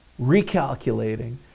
recalculating